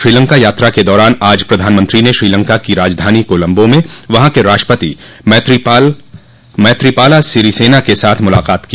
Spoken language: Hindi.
श्रीलंका यात्रा के दौरान आज प्रधानमंत्री ने श्रीलंका की राजधानी कोलम्बो में वहाँ के राष्ट्रपति मैत्रीपाला सिरिसेना के साथ मुलाकात की